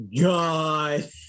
God